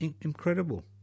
Incredible